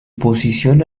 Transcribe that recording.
posición